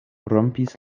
rompis